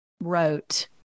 wrote